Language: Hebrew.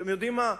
אתם יודעים מה,